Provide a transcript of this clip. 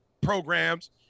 programs